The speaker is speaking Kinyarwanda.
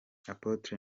apotre